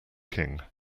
king